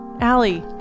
Allie